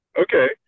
Okay